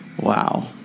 wow